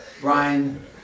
Brian